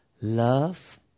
Love